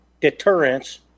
deterrence